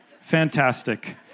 Fantastic